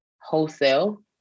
wholesale